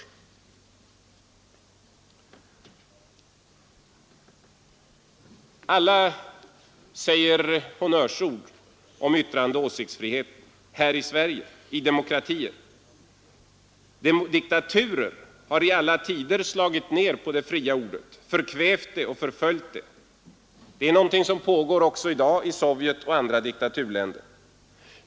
I demokratier uttalar alla honnörsord om yttrandeoch åsiktsfriheten. Diktaturer har i alla tider slagit ner på det fria ordet, förkvävt det och förföljt det. Detta pågår också i dag i Sovjet och andra diktaturländer.